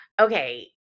Okay